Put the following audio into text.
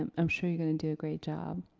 um i'm sure you're gonna do a great job.